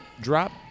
drop